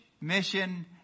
mission